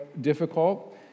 difficult